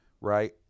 Right